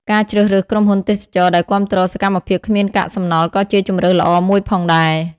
ការជ្រើសរើសក្រុមហ៊ុនទេសចរណ៍ដែលគាំទ្រសកម្មភាពគ្មានកាកសំណល់ក៏ជាជម្រើសល្អមួយផងដែរ។